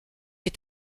est